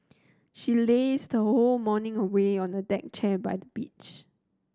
she lazed her whole morning away on a deck chair by the beach